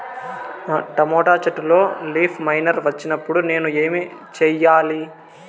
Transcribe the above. Tomato చెట్టులో leaf miner వచ్చినప్పుడు నేను ఏమి చెయ్యాలి?